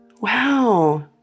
Wow